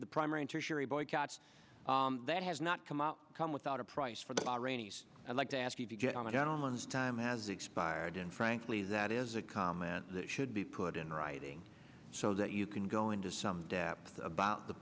the primary interest boycott that has not come out come without a price for the bahraini i'd like to ask you to get on the gentleman's time has expired and frankly that is a comment that should be put in writing so that you can go into some depth about the